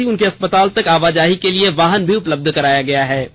साथ ही उनके अस्पताल तक आवाजाही के लिए वाहन उपलब्ध कराया गया है